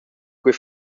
quei